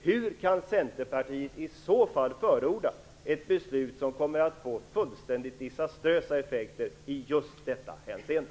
Hur kan Centerpartiet i så fall förorda ett beslut som kommer att få fullständigt förödande effekter i just detta hänseende?